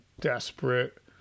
desperate